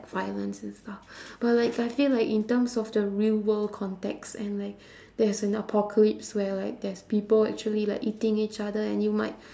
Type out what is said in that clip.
violence and stuff but like I feel like in terms of the real world context and like there's an apocalypse where like there's people actually like eating each other and you might